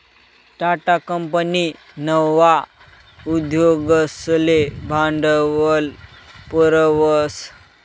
Tata company नवा उद्योगसले भांडवल पुरावस